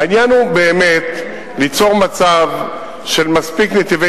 העניין הוא באמת ליצור מצב של מספיק נתיבי